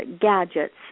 gadgets